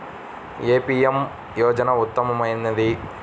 ఏ PM యోజన ఉత్తమమైనది?